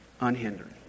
unhindered